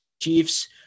Chiefs